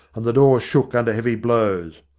and the door shook under heavy blows.